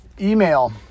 email